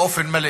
באופן מלא.